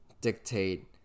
dictate